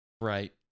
right